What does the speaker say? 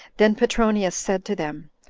then petronius said to them,